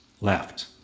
Left